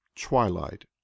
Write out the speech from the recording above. twilight